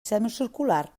semicircular